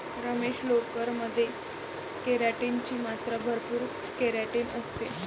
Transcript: रमेश, लोकर मध्ये केराटिन ची मात्रा भरपूर केराटिन असते